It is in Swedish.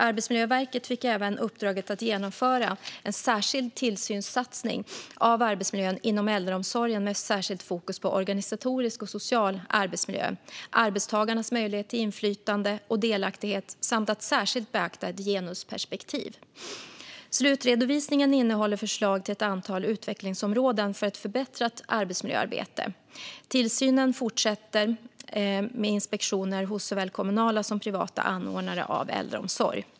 Arbetsmiljöverket fick även uppdraget att genomföra en särskild satsning på tillsyn av arbetsmiljön inom äldreomsorgen, med särskilt fokus på organisatorisk och social arbetsmiljö och arbetstagarnas möjlighet till inflytande och delaktighet samt att särskilt beakta ett genusperspektiv. Slutredovisningen innehåller förslag till ett antal utvecklingsområden för ett förbättrat arbetsmiljöarbete. Tillsynen fortsätter med inspektioner hos såväl kommunala som privata anordnare av äldreomsorg.